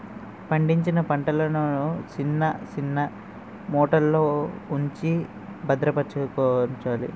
పండించిన పంటలను సిన్న సిన్న మూటల్లో ఉంచి బజారుకందించాలి